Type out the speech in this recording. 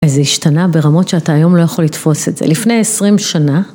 זה השתנה ברמות שאתה היום לא יכול לתפוס את זה. לפני עשרים שנה.